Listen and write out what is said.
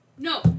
No